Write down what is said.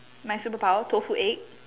my superpower tofu egg